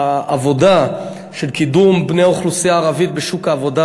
העבודה של קידום בני האוכלוסייה הערבית בשוק העבודה